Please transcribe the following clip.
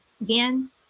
again